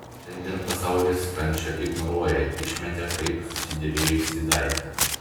šiandien pasaulis kančią ignoruoja išmetė kaip susidėvėjusį daiktą